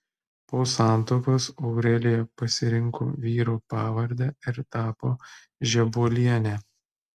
po santuokos aurelija pasirinko vyro pavardę ir tapo žebuoliene